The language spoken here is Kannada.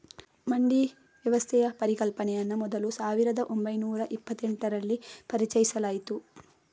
ಮಂಡಿ ವ್ಯವಸ್ಥೆಯ ಪರಿಕಲ್ಪನೆಯನ್ನ ಮೊದಲು ಸಾವಿರದ ಒಂಬೈನೂರ ಇಪ್ಪತೆಂಟರಲ್ಲಿ ಪರಿಚಯಿಸಲಾಯ್ತು